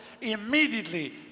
immediately